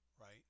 right